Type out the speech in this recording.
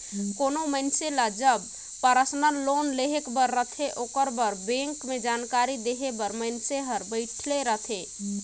कोनो मइनसे ल जब परसनल लोन लेहे बर रहथे ओकर बर बेंक में जानकारी देहे बर मइनसे हर बइठे रहथे